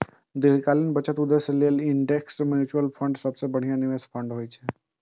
दीर्घकालीन बचत उद्देश्य लेल इंडेक्स म्यूचुअल फंड सबसं बढ़िया निवेश फंड होइ छै